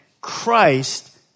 Christ